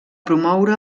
promoure